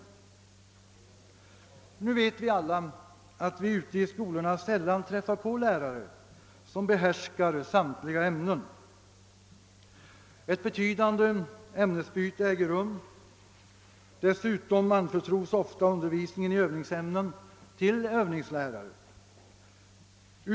Alla vet emellertid att vi ute i skolorna sällan träffar på lärare som behärskar samtliga ämnen. Ett betydande ämnesbyte äger rum. Dessutom anförtros ofta undervisningen i övningsämnen till övningslärare.